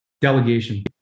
Delegation